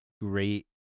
great